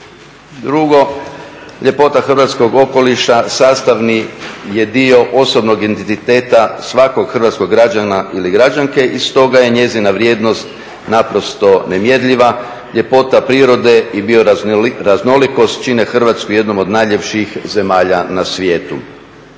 Drugo, ljepota hrvatskog okoliša sastavni je dio osobnog identiteta svakog hrvatskog građana ili građanke i stoga je njezina vrijednost naprosto nemjerljiva, ljepota prirode i bioraznolikost čine Hrvatsku jednom od najljepših zemalja na svijetu.